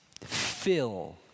fill